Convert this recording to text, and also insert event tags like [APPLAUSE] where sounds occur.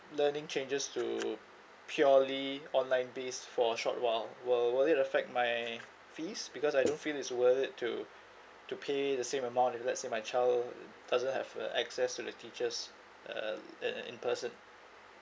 learning changes to purely online base for a short while will will it affect my fees because I don't feel it's worth it to to pay the same amount if let say my child [NOISE] doesn't have uh access to the teachers uh in in in person